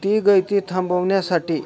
ती गळती थांबवण्यासाठी